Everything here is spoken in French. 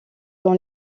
dont